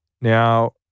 Now